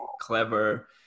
clever